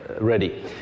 ready